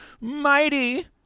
Mighty